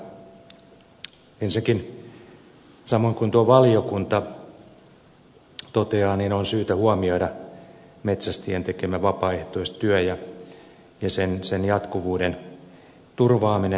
ensinnäkin samoin kuin tuo valiokunta toteaa on syytä huomioida metsästäjien tekemä vapaaehtoistyö ja sen jatkuvuuden turvaaminen